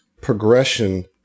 progression